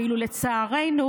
אולם לצערנו,